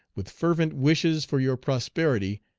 with fervent wishes for your prosperity,